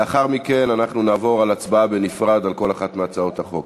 לאחר מכן אנחנו נעבור להצבעה בנפרד על כל אחת מהצעות החוק.